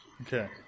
Okay